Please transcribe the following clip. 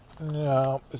No